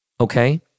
Okay